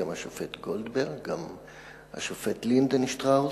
גם השופט גולדברג וגם השופט לינדנשטראוס,